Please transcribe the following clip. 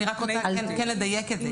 אני רוצה לדייק את זה.